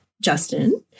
Justin